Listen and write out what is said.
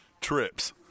trips